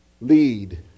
lead